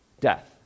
Death